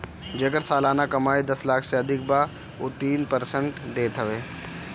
जेकर सलाना कमाई दस लाख से अधिका बा उ तीस प्रतिशत कर देत हवे